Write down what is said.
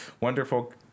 wonderful